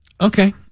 Okay